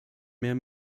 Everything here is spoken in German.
mehr